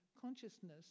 consciousness